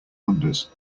wonders